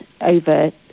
over